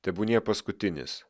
tebūnie paskutinis